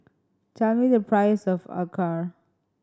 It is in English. tell me the price of acar